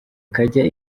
kajya